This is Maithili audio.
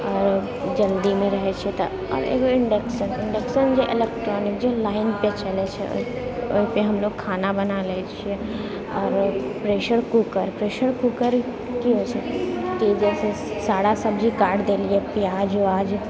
आओर जरूरीमे रहै छै तऽ एगो इण्डक्सन इन्डक्शन जे इलेक्ट्रॉनिक जे लाइनपर चलै छै ओहिपर हमलोक खाना बना लै छी आओर प्रेशर कुकर प्रेशर कुकर कि होइ छै कि जैसे सारा सब्जी काटि देलिए प्याज उआज